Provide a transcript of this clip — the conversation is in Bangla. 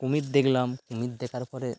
কুমির দেখলাম কুমির দেখার পরে